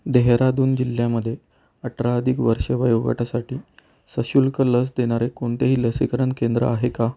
देहरादून जिल्ह्यामध्ये अठरा अधिक वर्ष वयोगटासाठी सशुल्क लस देणारे कोणतेही लसीकरण केंद्र आहे का